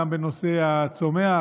גם בנושא הצומח,